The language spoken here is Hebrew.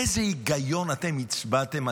באיזה היגיון אתם הצבעתם,